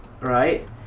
right